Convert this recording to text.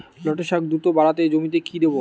লটে শাখ দ্রুত বাড়াতে জমিতে কি দেবো?